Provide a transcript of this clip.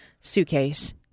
suitcase